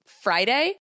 Friday